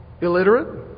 illiterate